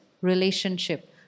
relationship